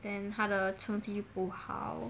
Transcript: then 她的成绩不好